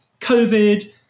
COVID